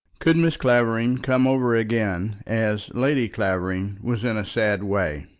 could mrs. clavering come over again, as lady clavering was in a sad way?